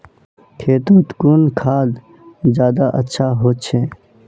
खेतोत कुन खाद ज्यादा अच्छा होचे?